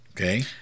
Okay